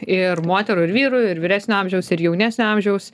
ir moterų ir vyrų ir vyresnio amžiaus ir jaunesnio amžiaus